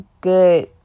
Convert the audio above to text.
good